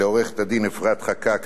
לעורכת-הדין אפרת חקאק,